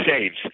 saves